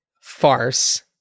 farce